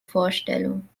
vorstellung